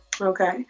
Okay